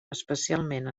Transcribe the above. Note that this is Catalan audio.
especialment